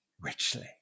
richly